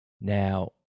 Now